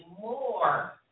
more